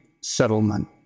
settlement